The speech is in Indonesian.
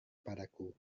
padaku